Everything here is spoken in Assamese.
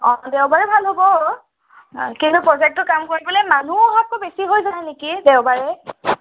অ দেওবাৰে ভাল হ'ব কিন্তু প্ৰজেক্টটোৰ কাম কৰিবলৈ মানুহ বেছি হৈ যায় নেকি দেওবাৰে